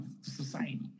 society